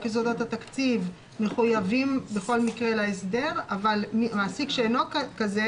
יסודות התקציב מחויבים בכל מקרה להסדר אגבל מעסיק שאינו כזה,